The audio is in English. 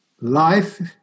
Life